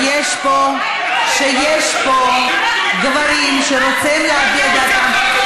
אני חושבת שיש פה גברים שרוצים להביע את דעתם.